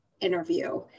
interview